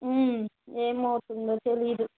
ఏం అవుతుందో తెలియదు